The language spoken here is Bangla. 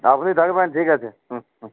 আপনি থাকবেন ঠিক আছে হুঁ হুঁ